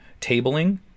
tabling